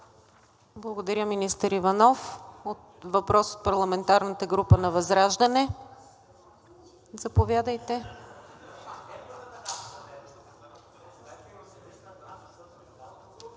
Благодаря, министър Иванов. Въпрос от парламентарната група на ВЪЗРАЖДАНЕ? Заповядайте.